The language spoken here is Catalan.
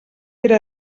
era